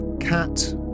cat